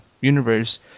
universe